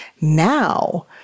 Now